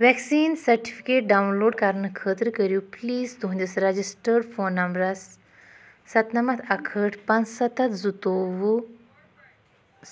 vaccine certificate download کرنہٕ خٲطرٕ کٔرِو پلیٖز تُہنٛدِس رجسٹٲرڈ فون نمبرَس ستنَمَتھ اکہٕ ہٲٹھ پانٛژھ سَتَتھ زٕتووُہ